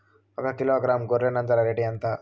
ఒకకిలో గ్రాము గొర్రె నంజర రేటు ఎంత?